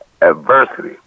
adversity